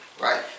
Right